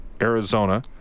Arizona